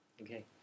Okay